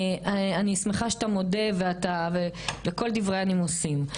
אני שמחה שאתה מודה ועל כל דברי הנימוסים.